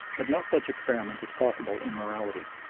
but no such experiment is possible in morality.